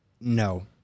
No